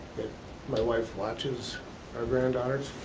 my wife watches our granddaughters,